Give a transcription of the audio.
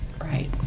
Right